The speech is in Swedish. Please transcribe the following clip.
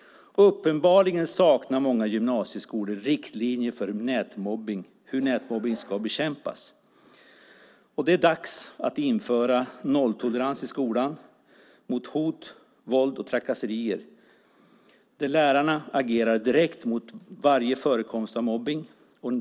Uppenbarligen saknar många gymnasieskolor riktlinjer för hur nätmobbning ska bekämpas. Det är dags att införa nolltolerans mot hot, våld och trakasserier i skolan, där lärarna ska agera direkt mot varje förekomst av mobbning.